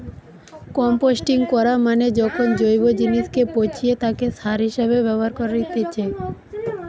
composting করা মানে যখন জৈব জিনিসকে পচিয়ে তাকে সার হিসেবে ব্যবহার করেতিছে